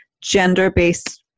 gender-based